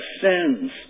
sins